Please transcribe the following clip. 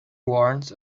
warns